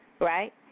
right